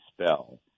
spell